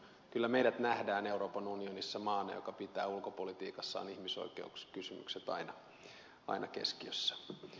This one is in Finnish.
kyllä meidät nähdään euroopan unionissa maana joka pitää ulkopolitiikassaan ihmisoikeuskysymykset aina keskiössä